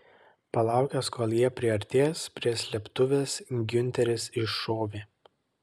palaukęs kol jie priartės prie slėptuvės giunteris iššovė